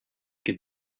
could